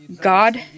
God